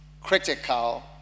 critical